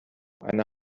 eine